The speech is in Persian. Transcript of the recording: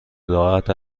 راحت